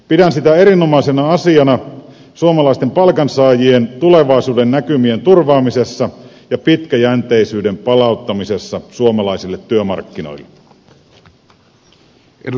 pidän sitä erinomaisena asiana suomalaisten palkansaajien tulevaisuudennäkymien turvaamisessa ja pitkäjänteisyyden palauttamisessa suomalaisille työmarkkinoille